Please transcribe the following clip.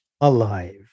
alive